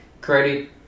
credit